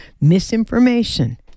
misinformation